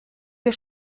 wir